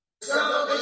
So-